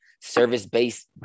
service-based